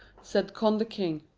said conn the king.